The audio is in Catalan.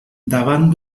davant